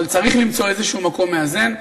אבל צריך למצוא איזה מקום מאזן.